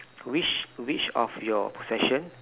which which of your possession